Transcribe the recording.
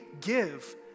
give